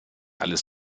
alles